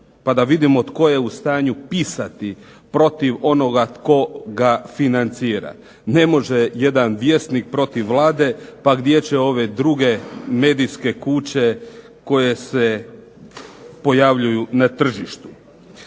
pa da vidimo tko je u stanju pisati protiv onoga tko ga financira. Ne može jedan Vjesnik protiv Vlade, pa gdje će ove druge medijske kuće koje se pojavljuju na tržištu.